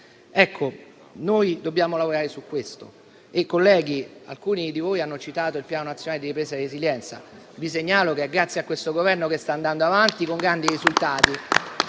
Ecco, noi dobbiamo lavorare su questo. Colleghi, alcuni di voi hanno citato il Piano nazionale di ripresa e resilienza. Vi segnalo che è grazie a questo Governo che sta andando avanti, con grandi risultati